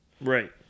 right